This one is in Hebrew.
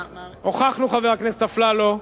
הוכחנו, חבר הכנסת אפללו,